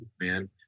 man